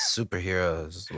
Superheroes